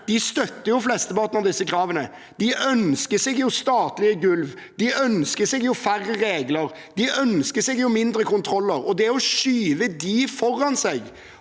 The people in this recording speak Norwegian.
støtter flesteparten av disse kravene. De ønsker statlige gulv. De ønsker færre regler. De ønsker mindre kontroller. Det å skyve dem foran seg